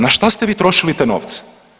Na šta ste vi trošili te novce?